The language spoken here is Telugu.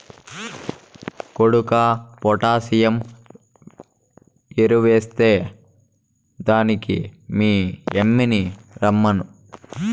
కొడుకా పొటాసియం ఎరువెస్తే దానికి మీ యమ్మిని రమ్మను